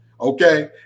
Okay